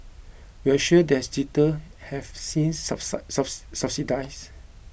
we're sure those jitter have since subsided